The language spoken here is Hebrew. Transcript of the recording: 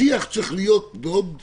השיח שצריך להיות בעוד שנה,